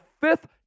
fifth